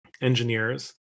engineers